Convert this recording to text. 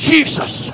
Jesus